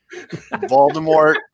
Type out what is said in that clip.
Voldemort